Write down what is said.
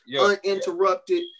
uninterrupted